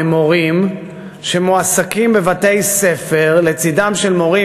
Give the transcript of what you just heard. ממורים שמועסקים בבתי-ספר לצדם של מורים